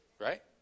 right